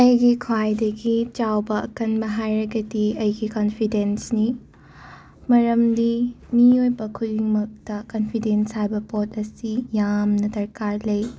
ꯑꯩꯒꯤ ꯈ꯭ꯋꯥꯏꯗꯒꯤ ꯆꯥꯎꯕ ꯑꯀꯟꯕ ꯍꯥꯏꯔꯒꯗꯤ ꯑꯩꯒꯤ ꯀꯟꯐꯤꯗꯦꯟꯁꯅꯤ ꯃꯔꯝꯗꯤ ꯃꯤꯑꯣꯏꯕ ꯈꯨꯗꯤꯡꯃꯛꯇ ꯀꯟꯐꯤꯗꯦꯟꯁ ꯍꯥꯏꯕ ꯄꯣꯠ ꯑꯁꯤ ꯌꯥꯝꯅ ꯗꯔꯀꯥꯔ ꯂꯩ